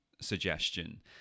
suggestion